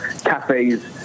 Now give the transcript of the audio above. cafes